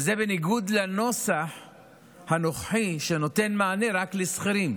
וזה בניגוד לנוסח הנוכחי, שנותן מענה רק לשכירים.